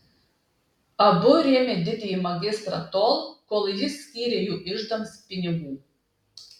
abu rėmė didįjį magistrą tol kol jis skyrė jų iždams pinigų